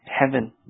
heaven